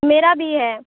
میرا بھی ہے